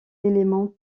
d’éléments